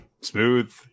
smooth